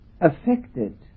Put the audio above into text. affected